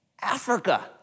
Africa